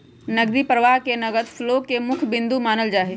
नकदी प्रवाह के नगद फ्लो के मुख्य बिन्दु मानल जाहई